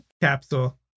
capsule